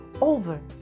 over